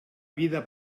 vida